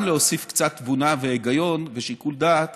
להוסיף קצת תבונה והיגיון ושיקול דעת